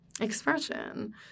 expression